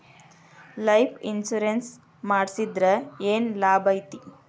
Life insurance ಮಾಡ್ಸಿದ್ರ ಏನ್ ಲಾಭೈತಿ?